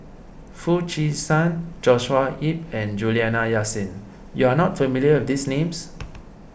Foo Chee San Joshua Ip and Juliana Yasin you are not familiar with these names